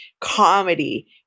comedy